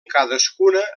cadascuna